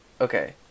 Okay